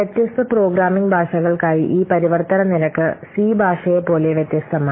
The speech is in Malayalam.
വ്യത്യസ്ത പ്രോഗ്രാമിംഗ് ഭാഷകൾക്കായി ഈ പരിവർത്തന നിരക്ക് സി ഭാഷയെപ്പോലെ വ്യത്യസ്തമാണ്